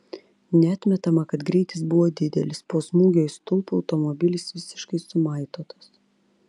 neatmetama kad greitis buvo didelis po smūgio į stulpą automobilis visiškai sumaitotas